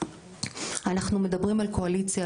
אנחנו מדברים על קואליציה,